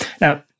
Now